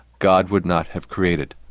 god would not have created.